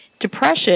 Depression